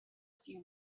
few